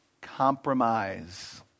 compromise